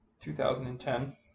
2010